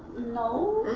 no.